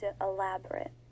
elaborate